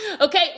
Okay